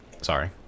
sorry